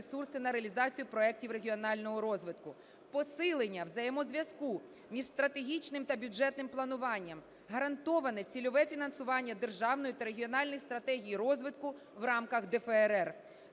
ресурси на реалізацію проектів регіонального розвитку; посилення взаємозв'язку між стратегічним та бюджетним плануванням; гарантоване цільове фінансування державної та регіональних стратегій розвитку в рамках ДФРР.